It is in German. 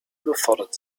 überfordert